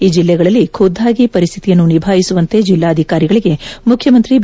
ಈ ಜಿಲ್ಲೆಗಳಲ್ಲಿ ಖುದ್ದಾಗಿ ಪರಿಸ್ವಿತಿಯನ್ನು ನಿಭಾಯಿಸುವಂತೆ ಜಿಲ್ಲಾಧಿಕಾರಿಗಳಿಗೆ ಮುಖ್ಯಮಂತ್ರಿ ಬಿ